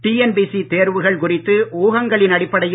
TNPSC தேர்வுகள் குறித்து ஊகங்களின் அடிப்படையில்